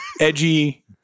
Edgy